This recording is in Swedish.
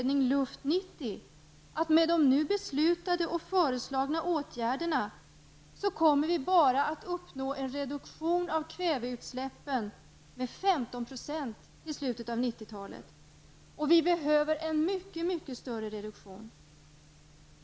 90 att med de nu beslutade och föreslagna åtgärderna kommer vi bara att uppnå en reduktion av kväveoxidutsläppen med 15 % till slutet av 90 talet. Det behövs en mycket större reduktion.